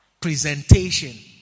presentation